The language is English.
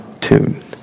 tune